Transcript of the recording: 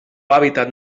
hàbitat